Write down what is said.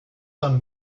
some